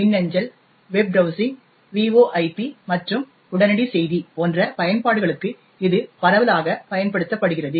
மின்னஞ்சல் web browsing VoIP மற்றும் உடனடி செய்தி போன்ற பயன்பாடுகளுக்கு இது பரவலாகப் பயன்படுத்தப்படுகிறது